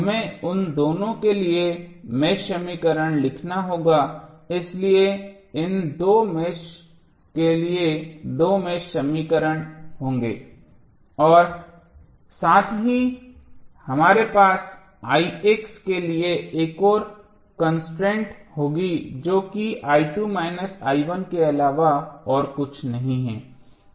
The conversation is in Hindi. हमें उन दोनों के लिए मेष समीकरण लिखना होगा इसलिए इन दो मेष के लिए दो मेष समीकरण होंगे और साथ ही हमारे पास के लिए एक और कंसन्ट्रेट होगी जो किके अलावा और कुछ नहीं है